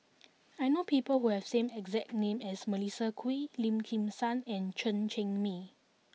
I know people who have same exact name as Melissa Kwee Lim Kim San and Chen Cheng Mei